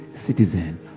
citizen